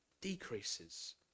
decreases